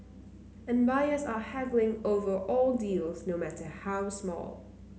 and buyers are haggling over all deals no matter how small